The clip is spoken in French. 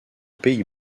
pays